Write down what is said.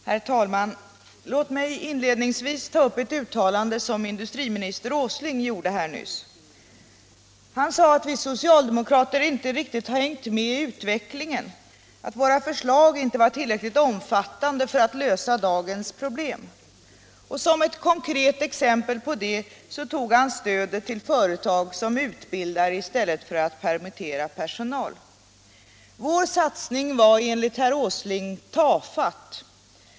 Herr talman! Låt mig inledningsvis ta upp ett uttalande som industriminister Åsling gjorde här nyss. Han sade att vi socialdemokrater inte riktigt har hängt med i utvecklingen, att våra förslag inte var tillräckligt omfattande för att lösa dagens problem. Som ett konkret exempel på det tog han stödet till företag som utbildar i stället för att permittera personal. Vår satsning var enligt herr Åsling tafatt.